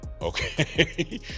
okay